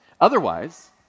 Otherwise